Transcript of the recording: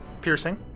piercing